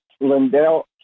Lindell